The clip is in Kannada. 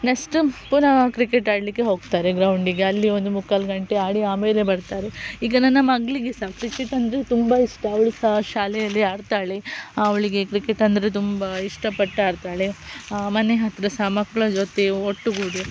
ನೆಕ್ಸ್ಟ ಪುನಃ ಕ್ರಿಕೆಟ್ ಆಡಲಿಕ್ಕೆ ಹೋಗ್ತಾರೆ ಗ್ರೌಂಡಿಗೆ ಅಲ್ಲಿ ಒಂದು ಮುಕ್ಕಾಲು ಗಂಟೆ ಆಡಿ ಆಮೇಲೆ ಬರ್ತಾರೆ ಈಗ ನನ್ನ ಮಗಳಿಗೆ ಸಹ ಕ್ರಿಕೆಟ್ ಅಂದರೆ ತುಂಬ ಇಷ್ಟ ಅವಳು ಸಹ ಶಾಲೆಯಲ್ಲಿ ಆಡ್ತಾಳೆ ಅವಳಿಗೆ ಕ್ರಿಕೆಟ್ ಅಂದರೆ ತುಂಬ ಇಷ್ಟಪಟ್ಟು ಆಡ್ತಾಳೆ ಮನೆ ಹತ್ತಿರ ಸಹ ಮಕ್ಕಳ ಜೊತೆ ಒಟ್ಟುಗೂಡಿ